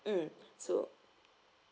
mm so